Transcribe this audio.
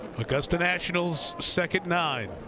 augusta national's second nine.